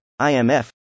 IMF